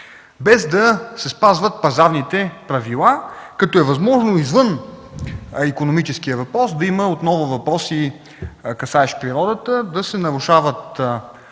без да се спазват пазарните правила. Възможно е извън икономическия въпрос да има отново въпроси, касаещи природата, да се нарушават